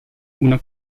una